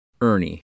Ernie